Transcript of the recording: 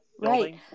Right